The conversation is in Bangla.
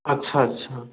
আচ্ছা আচ্ছা